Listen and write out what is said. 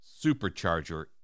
Supercharger